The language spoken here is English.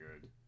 good